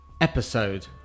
episode